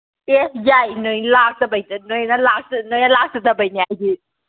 ꯑꯦ ꯌꯥꯏꯅꯦ ꯂꯥꯛꯇꯕꯩ ꯅꯣꯏꯅ ꯅꯣꯏꯅ ꯂꯥꯛꯆꯗꯕꯩꯅꯦ ꯑꯩꯗꯤ